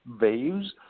waves